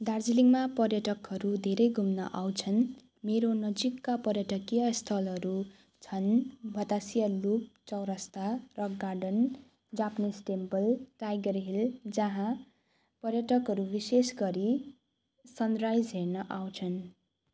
दार्जिलिङमा पर्यटकहरू धेरै घुम्न आउँछन् मेरो नजिकका पर्यटकीय स्थलहरू छन् Batasia Loop Chowrasta Rock Garden Japanese Temple Tiger Hill जहाँ पर्यटकहरू विशेष गरी सन राइस हेर्न आउँछन्